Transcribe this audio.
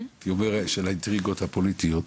הייתי אומר האינטריגות הפוליטיות,